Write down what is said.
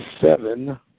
seven